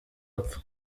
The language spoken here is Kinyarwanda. apfa